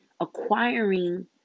acquiring